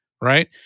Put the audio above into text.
right